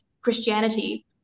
Christianity